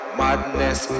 madness